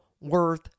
worth